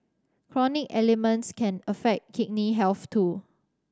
chronic ailments can affect kidney health too